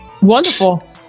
Wonderful